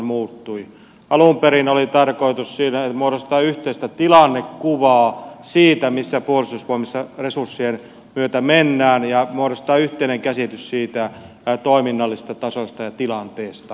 alun perin oli tarkoitus muodostaa yhteistä tilannekuvaa siitä missä puolustusvoimissa resurssien myötä mennään ja muodostaa yhteinen käsitys toiminnallisista tasoista ja tilanteesta